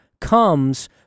comes